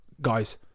Guys